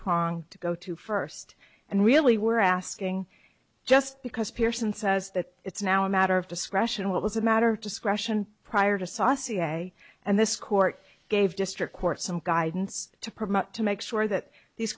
prong to go to first and really were asking just because pearson says that it's now a matter of discretion it was a matter of discretion prior to saucy day and this court gave district court some guidance to promote to make sure that these